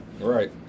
Right